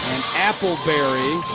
appleberry